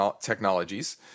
technologies